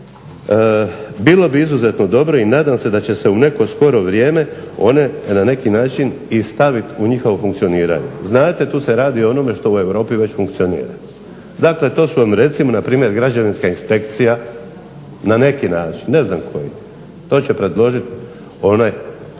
bilo bi izuzetno dobro i nadam se da će se u neko skoro vrijeme na neki način i staviti u njihovo funkcioniranje. Znate tu se radi o onome što u Europi već funkcionira. To su recimo građevinska inspekcija, na neki način, ne znam koji, to će predložiti onaj